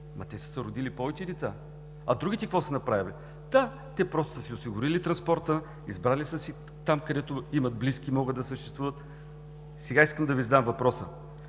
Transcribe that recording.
са се родили повече деца. А другите какво са направили? Да, те просто са си осигурили транспорта, избрали са си мястото там, където имат близки и могат да съществуват. Сега искам да Ви задам въпрос: